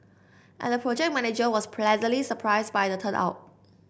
and the project manager was pleasantly surprised by the turn out